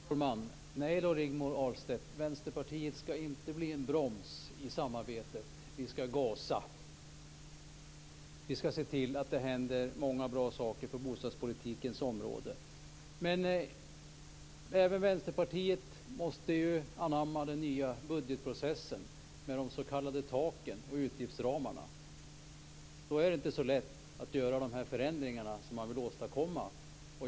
Fru talman! Nej då, Rigmor Ahlstedt. Vänsterpartiet skall inte bli en broms i samarbetet. Vi skall gasa. Vi skall se till att det händer många bra saker på bostadspolitikens område. Men även Vänsterpartiet måste anamma den nya budgetsprocessen med de s.k. taken och utgiftsramarna. Då är det inte så lätt att göra de förändringar som man vill åstadkomma.